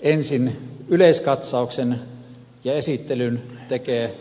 ensin yleiskatsauksen ja esittelyn tekee